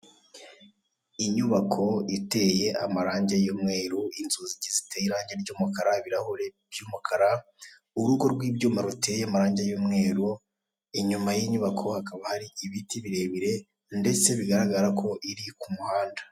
Inyubako iteye amarange y'umweru, inzugi ziteye irange ry'umukara, ibirahuri by'umukara, urugo rw'ibyuma ruteye amarangi y'umweru, inyuma y'inyubako hakaba hari ibiti birebire ndetse bigaragara ko iri ku muhanda.